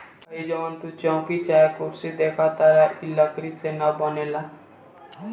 हइ जवन तू चउकी चाहे कुर्सी देखताड़ऽ इ लकड़ीये से न बनेला